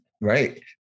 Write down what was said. Right